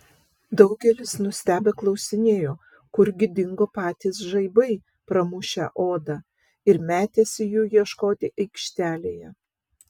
daugelis nustebę klausinėjo kurgi dingo patys žaibai pramušę odą ir metėsi jų ieškoti aikštelėje